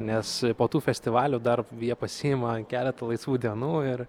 nes po tų festivalių dar jie pasiima keletą laisvų dienų ir